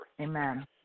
Amen